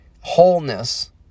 wholeness